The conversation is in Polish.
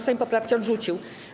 Sejm poprawki odrzucił.